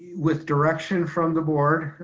with direction from the board